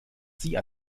sie